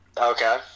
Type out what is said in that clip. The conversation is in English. Okay